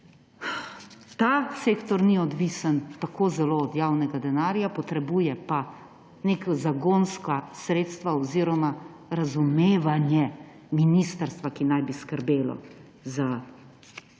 ta sektor ni odvisen tako zelo od javnega denarja, potrebuje pa neka zagonska sredstva oziroma razumevanje ministrstva, ki naj bi skrbelo za